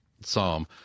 psalm